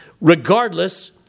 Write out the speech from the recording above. Regardless